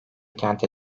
kente